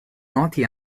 noti